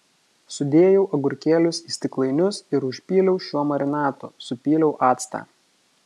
sudėjau agurkėlius į stiklainius ir užpyliau šiuo marinatu supyliau actą